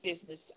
business